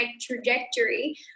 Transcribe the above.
trajectory